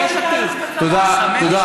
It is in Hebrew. תודה.